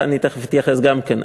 אליך אני תכף אתייחס גם כן.